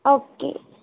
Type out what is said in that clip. okay